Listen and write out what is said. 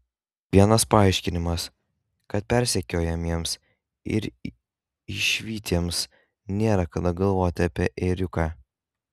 vienas paaiškinimas kad persekiojamiems ir išvytiems nėra kada galvoti apie ėriuką